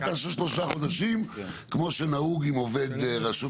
רק היא הייתה של שלושה חודשים כמו שנהוג עם עובד רשות